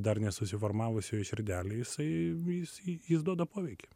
dar nesusiformavusioj širdelėj jisai jis jis duoda poveikį